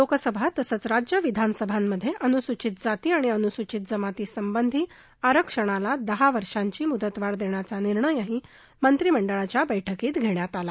लोकसभा तसंच राज्य विधानसभांमधे अनुसुचित जाती आणि अनुसुचित जमातीसंबंधी आरक्षणाला दहा वर्षांची मुदत वाढ देण्याचा निर्णयही मंत्रिमंडळाच्या बैठकीत घेण्यात आला